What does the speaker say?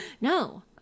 No